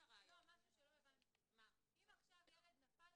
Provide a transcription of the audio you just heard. אם עכשיו ילד נפל